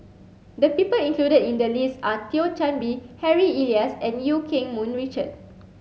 the people included in the list are Thio Chan Bee Harry Elias and Eu Keng Mun Richard